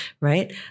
right